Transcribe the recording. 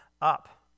up